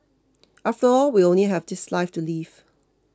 after all we only have this life to live